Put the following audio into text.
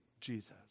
Jesus